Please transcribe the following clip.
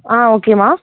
ஆ okay அம்மா